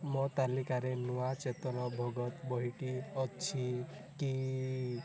ମୋ ତାଲିକାରେ ନୂଆ ଚେତନ ଭଗତ ବହିଟି ଅଛି କି